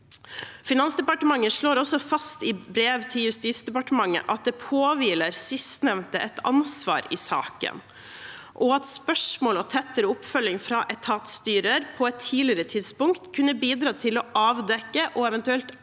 Finansdepartementet slår også fast i brev til Justisdepartementet at det påhviler sistnevnte et ansvar i saken, og at spørsmål og tettere oppfølging fra etatsstyrer på et tidligere tidspunkt kunne ha bidratt til å avdekke og eventuelt